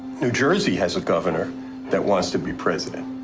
new jersey has a governor that wants to be president.